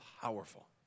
powerful